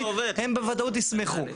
הם בוודאות ישמחו.